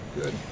good